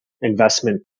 investment